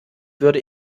würde